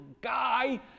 guy